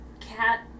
cat